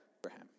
Abraham